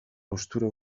haustura